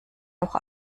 noch